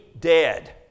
dead